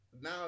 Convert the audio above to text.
Now